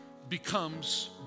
becomes